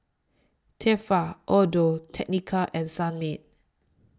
Tefal Audio Technica and Sunmaid